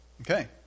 okay